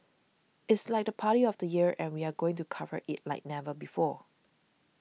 it's like the party of the year and we are going to cover it like never before